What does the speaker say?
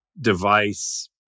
device